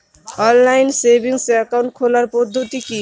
Online savings account খোলার পদ্ধতি কি?